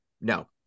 no